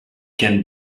can